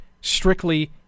strictly